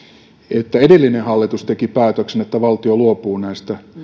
että edellinen hallitus teki päätöksen että valtio luopuu